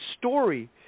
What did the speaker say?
story